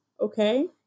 okay